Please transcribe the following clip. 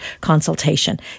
consultation